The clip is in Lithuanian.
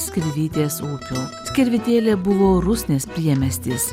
skirvytės upių servetėlė buvo rusnės priemiestis